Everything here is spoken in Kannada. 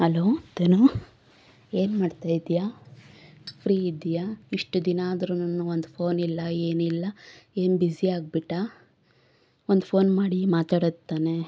ಹಲೋ ತನು ಏನು ಮಾಡ್ತಾಯಿದ್ದೀಯಾ ಫ್ರೀ ಇದ್ದೀಯಾ ಎಷ್ಟು ದಿನ ಆದರೂನು ಒಂದು ಫೋನಿಲ್ಲ ಏನಿಲ್ಲ ಏನು ಬಿಝೀ ಆಗ್ಬಿಟ್ಟಾ ಒಂದು ಫೋನ್ ಮಾಡಿ ಮಾತಾಡೋದು ತಾನೇ